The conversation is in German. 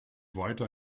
weiter